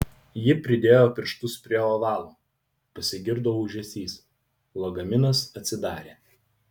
ji pridėjo pirštus prie ovalo pasigirdo ūžesys lagaminas atsidarė